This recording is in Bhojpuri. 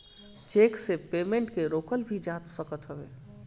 चेक से पेमेंट के रोकल भी जा सकत हवे